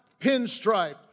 pinstripe